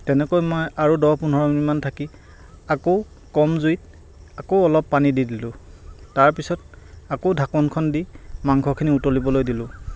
তেনেকৈ মই আৰু দহ পোন্ধৰ মিনিটমান থাকি আকৌ কম জুইত আকৌ অলপ পানী দি দিলোঁ তাৰপিছত আকৌ ঢাকোনখন দি মাংসখিনি উতলিবলৈ দিলোঁ